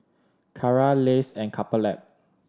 Kara Lays and Couple Lab